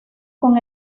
con